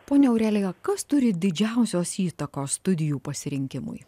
ponia aurelija kas turi didžiausios įtakos studijų pasirinkimui